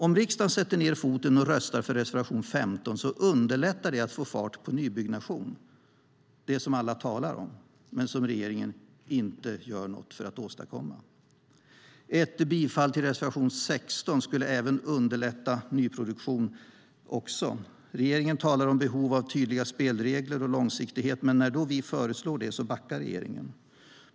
Om riksdagen sätter ned foten och röstar för reservation 15 underlättar det att få fart på nybyggnation - det som alla talar om men som regeringen inte gör något för att åstadkomma. Ett bifall till reservation 16 skulle även underlätta nyproduktion. Regeringen talar om behovet av tydliga spelregler och långsiktighet, men när vi då föreslår det backar regeringen.